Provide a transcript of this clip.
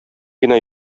генә